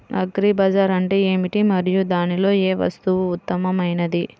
Agri బజార్ అంటే ఏమిటి మరియు దానిలో ఏ వస్తువు ఉత్తమమైనది?